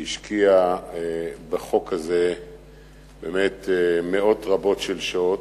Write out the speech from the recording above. שהשקיע בחוק הזה באמת מאות רבות של שעות,